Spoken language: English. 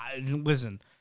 listen